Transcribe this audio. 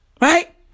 Right